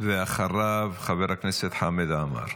אחריו, חבר הכנסת חמד עמאר.